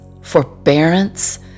forbearance